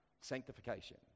sanctification